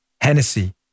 Hennessy